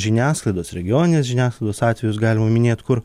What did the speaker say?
žiniasklaidos regioninės žiniasklaidos atvejus galima minėt kur